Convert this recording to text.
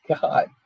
God